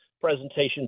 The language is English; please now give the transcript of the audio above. presentation